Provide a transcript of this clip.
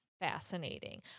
fascinating